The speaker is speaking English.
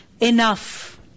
enough